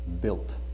built